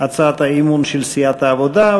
הצעת האי-אמון של סיעת העבודה.